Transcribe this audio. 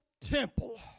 temple